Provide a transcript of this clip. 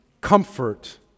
comfort